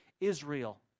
Israel